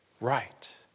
right